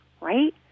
right